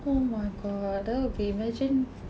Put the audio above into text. oh my god that will be imagine